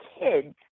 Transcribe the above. kids